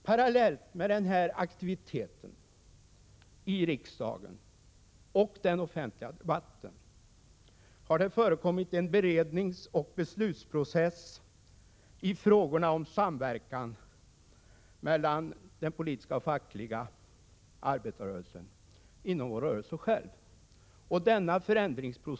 Parallellt med denna aktivitet i riksdagen och med den offentliga debatten har det förekommit en beredningsoch beslutsprocess i frågorna om samverkan mellan den politiska och den fackliga delen av arbetarrörelsen, en förändringsprocess inom arbetarrörelsen själv.